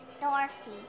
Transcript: Dorothy